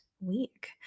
week